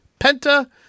Penta